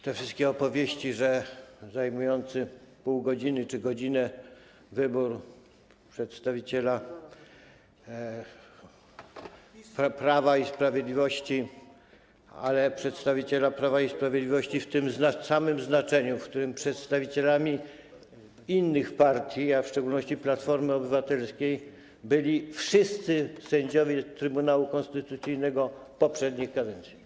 Te wszystkie opowieści, że zajmujący pół godziny czy godzinę wybór przedstawiciela Prawa i Sprawiedliwości, ale przedstawiciela Prawa i Sprawiedliwości w tym samym znaczeniu, w jakim przedstawicielami innych partii, a w szczególności Platformy Obywatelskiej, byli wszyscy sędziowie Trybunału Konstytucyjnego poprzednich kadencji.